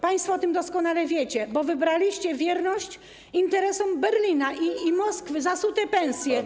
Państwo o tym doskonale wiecie, bo wybraliście wierność interesom Berlina i Moskwy za sute pensje.